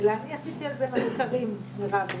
אלא אני עשיתי על זה מחקרים, מירב ורם.